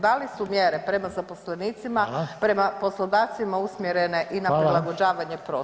Da li su mjere prema zaposlenicima prema poslodavcima usmjerene i na prilagođavanje prostora?